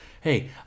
hey